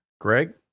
Greg